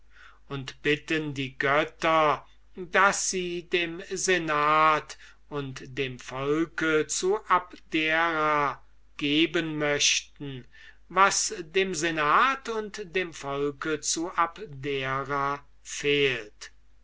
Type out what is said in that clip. und bitten sie die götter daß sie dem senat und dem volke zu abdera geben möchten was dem senat und dem volke zu abdera fehlt